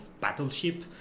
Battleship